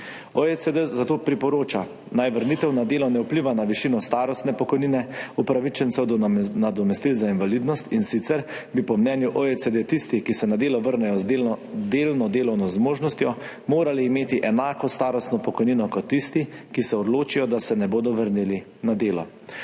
OECD zato priporoča, naj vrnitev na delo ne vpliva na višino starostne pokojnine upravičencev do nadomestil za invalidnost, in sicer bi po mnenju OECD tisti, ki se na delo vrnejo z delno delovno zmožnostjo, morali imeti enako starostno pokojnino kot tisti, ki se odločijo, da se ne bodo vrnili na delo.